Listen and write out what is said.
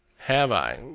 have i?